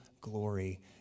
glory